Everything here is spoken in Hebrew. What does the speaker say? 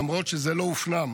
למרות שזה לא הופנם.